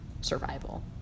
survival